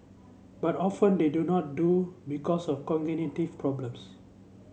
but often they do not do because of cognitive problems